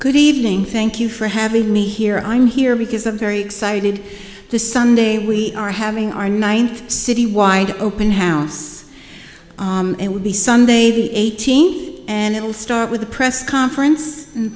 good evening thank you for having me here i'm here because i'm very excited this sunday we are having our ninth city wide open house it will be sunday the eighteenth and it'll start with a press conference and